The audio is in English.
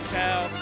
cow